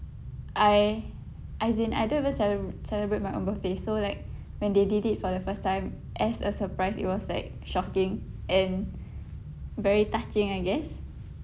I as in I don't even cele~ celebrate my own birthday so like when they did it for the first time as a surprise it was like shocking and very touching I guess